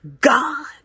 God